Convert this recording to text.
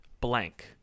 blank